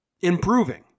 Improving